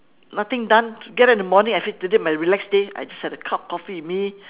nothing done get up in the morning I say today my relax day I just have a cup of coffee with me